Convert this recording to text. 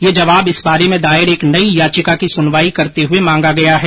यह जवाब इस बारे में दायर एक नई याचिका की सुनवाई करते हुए मांगा गया है